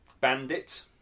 Bandit